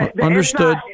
Understood